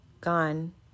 Gone